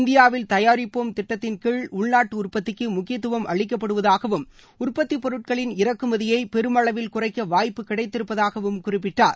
இந்தியாவில் தயாரிப்போம் திட்டத்தின்கீழ் உள்நாட்டு உற்பத்திக்கு முக்கியத்துவம் அளிக்கப்படுவதாகவும் உற்பத்தி பொருட்களின் இறக்குமதியை பெருமளவில் குறைக்க வாய்ப்பு கிடைத்திருப்பதாகவும் குறிப்பிட்டார்